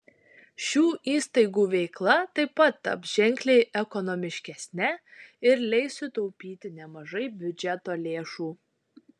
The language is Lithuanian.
šių įstaigų veikla taip pat taps ženkliai ekonomiškesne ir leis sutaupyti nemažai biudžeto lėšų